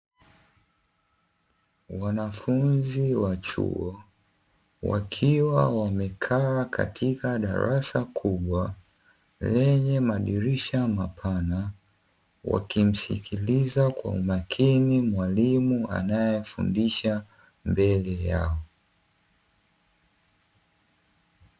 Wanafunzi wa chuo wakiwa wamekaa katika darasa kubwa lenye madirisha mapana, wakimsikiliza kwa umakini mwalimu anayefundisha mbele yao.